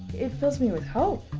it fills me with hope.